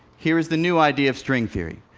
here is the new idea of string theory.